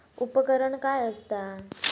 उपकरण काय असता?